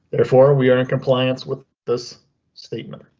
therefore we are in compliance with this statement.